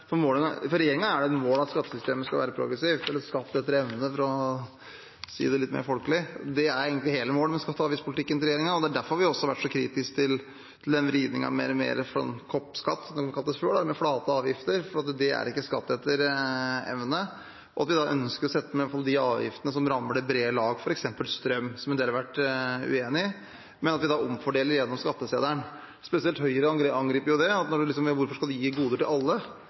For regjeringen er det et mål at skattesystemet skal være progressivt, eller skatt etter evne, for å si det litt mer folkelig. Det er egentlig hele målet med skatte- og avgiftspolitikken til regjeringen, og det er derfor vi har vært så kritiske til vridningen mot mer koppskatt, som det kalles, med flate avgifter, for det er ikke skatt etter evne. Vi ønsker å sette ned iallfall de avgiftene som rammer det brede lag, f.eks. strømavgifter, som en del har vært uenig i, og at vi omfordeler gjennom skatteseddelen. Spesielt Høyre angriper det: Hvorfor skal man gi goder til alle? Jo, vi mener at det er noe av kvaliteten i velferdssamfunnet vårt at det er goder til alle,